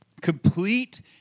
complete